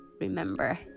Remember